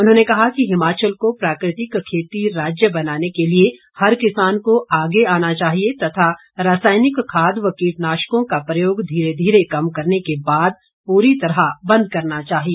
उन्होंने कहा कि हिमाचल को प्राकृतिक खेती राज्य बनाने के लिए हर किसान को आगे आना चाहिए तथा रसायनिक खाद व कीटनाशकों का प्रयोग धीरे धीरे कम करने के बाद पूरी तरह बंद करना चाहिए